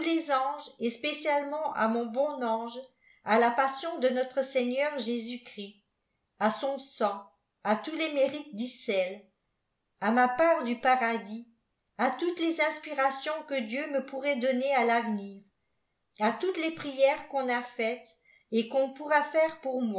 anges et spécialement à mon bon ange à la passion de notre-seigneur jésus-christ à son sang à tous les mérites d'icelle à ma part du paradis à toutes les inspirations que dieu me pourrait donner à l'avenir à toutes les prières qu'on a faites et qu'on pourra faire pour moi